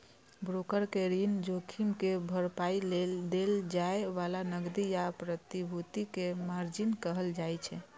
broker कें ऋण जोखिम के भरपाइ लेल देल जाए बला नकदी या प्रतिभूति कें मार्जिन कहल जाइ छै